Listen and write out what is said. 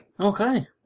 Okay